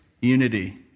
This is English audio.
unity